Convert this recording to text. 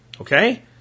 Okay